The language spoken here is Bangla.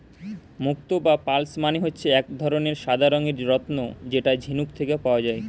মুক্তো বা পার্লস মানে হচ্ছে এক ধরনের সাদা রঙের রত্ন যেটা ঝিনুক থেকে পাওয়া যায়